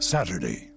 Saturday